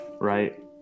Right